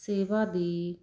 ਸੇਵਾ ਦੀ